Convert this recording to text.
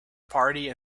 party